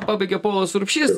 pabaigia povilas urbšys